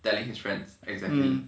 telling his friends exactly